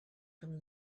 from